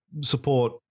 support